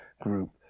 group